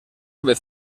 vez